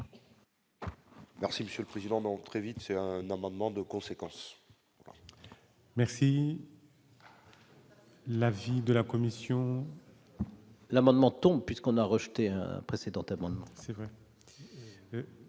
Monsieur le Président, donc très vite c'est un amendement de conséquences. Merci. L'avis de la commission. L'amendement puisqu'on a rejeté un précédent amendement c'est vrai.